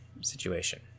situation